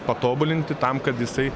patobulinti tam kad jisai